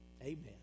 Amen